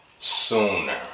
sooner